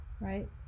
right